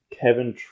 Kevin